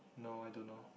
no I don't know